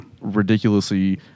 ridiculously